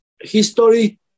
history